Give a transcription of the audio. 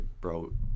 bro